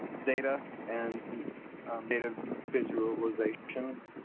data and data visualizations.